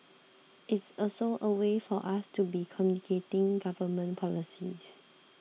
it's also a way for us to be communicating government policies